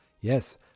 Yes